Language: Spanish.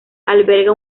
alberga